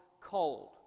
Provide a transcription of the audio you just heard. cold